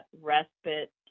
respite